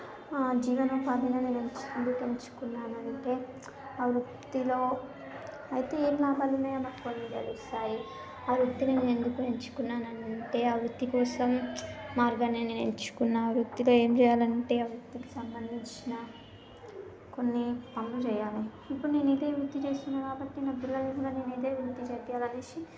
జీవన ఉపాధిని నేను ఎందుకు ఎంచుకున్నాను అంటే ఆ వృత్తిలో అయితే ఏమీ లాభాలు ఉన్నాయో నాకు కొన్ని తెలుస్తాయి ఆ వృత్తిని నేను ఎందుకు ఎంచుకున్నాను అంటే ఆ వృత్తి కోసం మార్గాన్ని ఎంచుకున్న ఆ వృత్తిలో ఏమి చేయాలంటే ఆ వృత్తికి సంబంధించిన కొన్ని పనులు చేయాలి ఇప్పుడు నేను ఇదే వృత్తి చేస్తున్న కాబట్టి నా పిల్లలను కూడా ఇదే వృత్తి చేపియాలి అనేసి